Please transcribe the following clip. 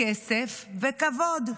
כסף וכבוד.